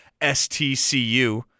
STCU